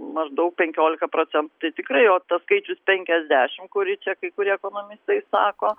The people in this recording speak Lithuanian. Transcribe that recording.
maždaug penkiolika procentų tai tikrai o tas skaičius penkiasdešimt kurį čia kai kurie ekonomistai sako